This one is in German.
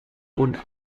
und